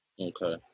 Okay